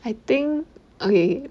I think okay